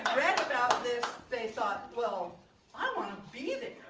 read about this they thought, well i want to be there!